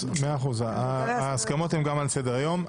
תודה ההסכמות הן על סדר היום.